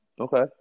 Okay